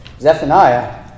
Zephaniah